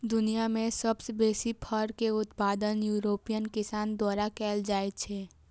दुनिया मे सबसं बेसी फर के उत्पादन यूरोपीय किसान द्वारा कैल जाइ छै